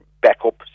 backup